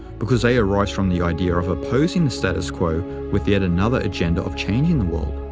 because they arise from the idea of opposing the status quo with yet another agenda of changing the world.